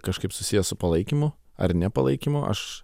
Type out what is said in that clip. kažkaip susiję su palaikymu ar nepalaikymu aš